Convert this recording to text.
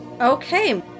Okay